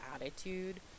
attitude